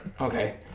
Okay